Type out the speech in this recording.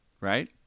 right